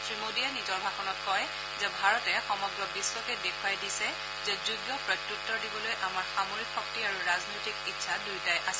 শ্ৰীমোডীয়ে নিজৰ ভাষণত কয় যে ভাৰতে সমগ্ৰ বিশ্বকে দেখুৱাই দিছে যে যোগ্য প্ৰত্যুত্তৰ দিবলৈ আমাৰ সামৰিক শক্তি আৰু ৰাজনৈতিক ইচ্ছা দুয়োটাই আছে